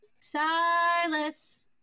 Silas